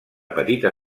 petita